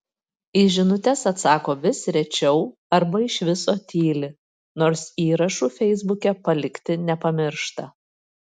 į žinutes atsako vis rečiau arba iš viso tyli nors įrašų feisbuke palikti nepamiršta